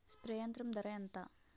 Spray యంత్రం ధర ఏంతా?